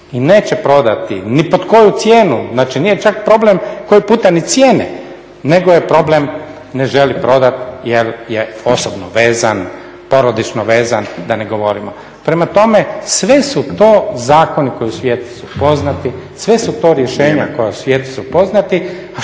i neće prodati, ni pod koju cijenu. Znači nije čak problem koji puta ni cijene nego je problem ne želi prodat jer je osobno vezan, porodično vezan, da ne govorimo. Prema tome sve su to zakoni koji su poznati, sve su to rješenja koja u svijetu su poznata, a što mi